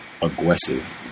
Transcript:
aggressive